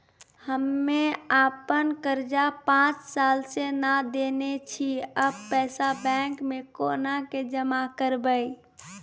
हम्मे आपन कर्जा पांच साल से न देने छी अब पैसा बैंक मे कोना के जमा करबै?